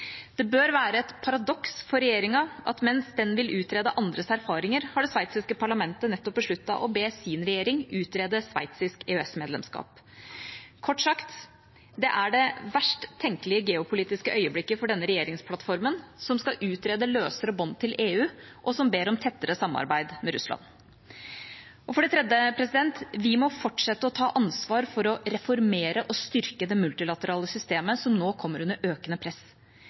Det bør være et paradoks for regjeringa at mens den vil utrede andres erfaringer, har det sveitsiske parlamentet nettopp besluttet å be si regjering utrede sveitsisk EØS-medlemskap. Kort sagt: Det er det verst tenkelige geopolitiske øyeblikket for denne regjeringsplattformen og regjeringa, som skal utrede løsere bånd til EU, og som ber om tettere samarbeid med Russland. For det tredje: Vi må fortsette å ta ansvar for å reformere og styrke det multilaterale systemet som nå kommer under økende press.